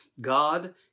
God